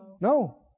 No